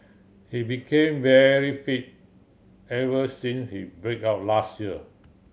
he became very fit ever since his break up last year